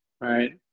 right